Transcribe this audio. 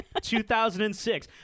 2006